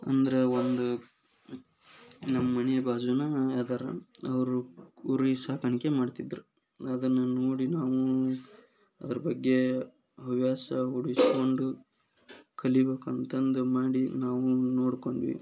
ಅಂದ್ರೆ ಒಂದು ನಮ್ಮ ಮನೆ ಬಾಜುನೇ ಅದಾರೆ ಅವರು ಕುರಿ ಸಾಕಾಣಿಕೆ ಮಾಡ್ತಿದ್ದರು ಅದನ್ನು ನೋಡಿ ನಾವು ಅದ್ರ ಬಗ್ಗೆ ಹವ್ಯಾಸ ಹುಡಿಸ್ಕೊಂಡು ಕಲಿಯಬೇಕಂತಂದು ಮಾಡಿ ನಾವು ನೋಡಿಕೊಂಡ್ವಿ